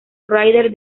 rider